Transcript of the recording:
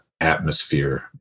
atmosphere